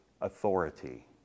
authority